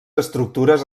estructures